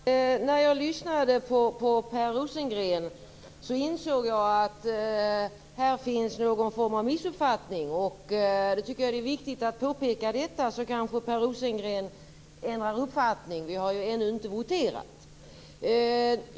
Fru talman! När jag lyssnade på Per Rosengren insåg jag att här finns någon form av missuppfattning. Jag tycker att det är viktigt att påpeka detta, så att Per Rosengren kanske ändrar uppfattning. Vi har ju ännu inte voterat.